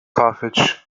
carthage